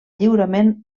lliurament